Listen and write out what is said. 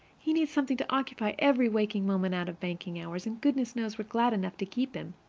he needs something to occupy every waking moment out of banking hours. and goodness knows we're glad enough to keep him!